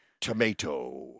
Tomato